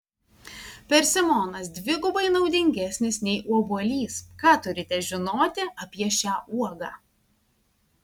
persimonas dvigubai naudingesnis nei obuolys ką turite žinoti apie šią uogą